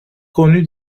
connu